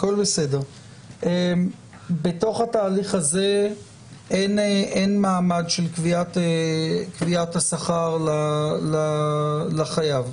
בתוך התהליך הזה אין מעמד של קביעת השכר לחייב?